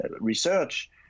research